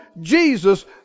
Jesus